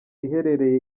iherereye